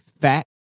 fat